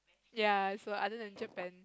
ya so other than Japan